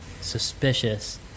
suspicious